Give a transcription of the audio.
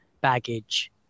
baggage